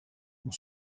ont